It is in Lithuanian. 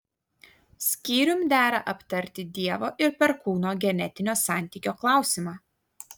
skyrium dera aptarti dievo ir perkūno genetinio santykio klausimą